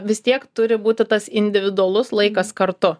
vis tiek turi būti tas individualus laikas kartu